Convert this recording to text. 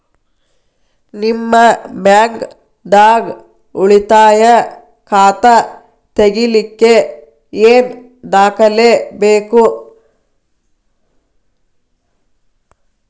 ನಿಮ್ಮ ಬ್ಯಾಂಕ್ ದಾಗ್ ಉಳಿತಾಯ ಖಾತಾ ತೆಗಿಲಿಕ್ಕೆ ಏನ್ ದಾಖಲೆ ಬೇಕು?